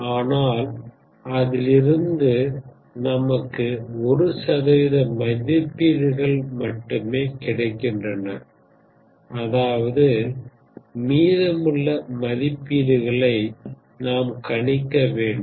ஆனால் அதிலிருந்து நமக்கு 1 சதவீத மதிப்பீடுகள் மட்டுமே கிடைக்கின்றன அதாவது மீதமுள்ள மதிப்பீடுகளை நாம் கணிக்க வேண்டும்